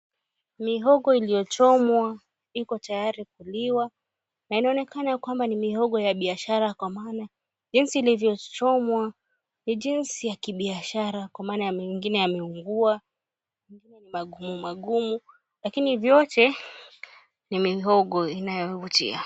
Mihogo iliyochomwa iko tayari kuliwa na inaonekana kwamba ni mihogo ya biashara kwa maana jinsi ilivyochomwa ni jinsi ya kibiashara kwa maana mengine yameungua, mengine ni magumumagumu, lakini vyote ni mihogo inayovutia.